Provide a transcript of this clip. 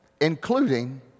including